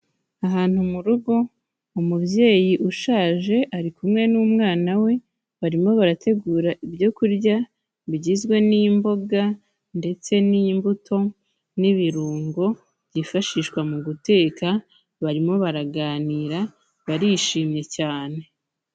Ahantu mu rugo umubyeyi ushaje ari kumwe n'umwana we, barimo barategura ibyo kurya, bigizwe n'imboga ndetse n'imbuto n'ibirungo byifashishwa mu guteka, barimo baraganira, barishimye cyane.